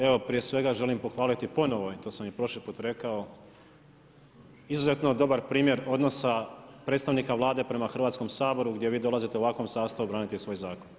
Evo prije svega želim pohvaliti ponovo, to sam i prošli puta rekao, izuzetno dobar primjer odnosa predstavnika Vlade prema Hrvatskom saboru gdje vi dolazite u ovakvom sastavu braniti svoj zakon.